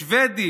שבדי,